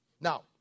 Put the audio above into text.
Now